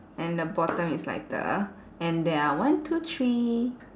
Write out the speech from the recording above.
and the bottom is lighter and there are one two three